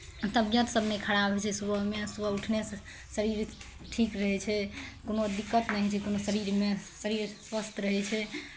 तबियतसभ नहि खराब होइ छै सुबहमे सुबह उठनेसँ शरीर ठीक रहै छै कोनो दिक्कत नहि होइ छै कोनो शरीरमे शरीर स्वस्थ रहै छै